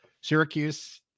Syracuse